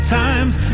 times